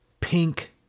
pink